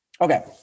Okay